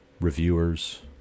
reviewers